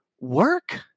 work